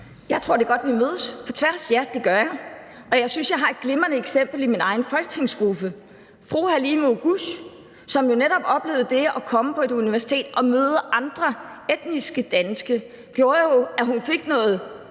Jeg tror, det er godt, at vi mødes på tværs. Ja, det gør jeg, og jeg synes, jeg har et glimrende eksempel i min egen folketingsgruppe. Fru Halime Oguz oplevede jo netop det at komme på et universitet og møde andre etniske danske, og det gjorde, at hun fik nogle muskler